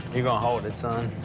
you're gonna hold it, son.